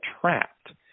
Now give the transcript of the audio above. trapped